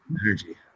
Energy